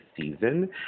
season